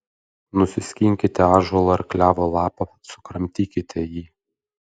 nusiskinkite ąžuolo ar klevo lapą sukramtykite jį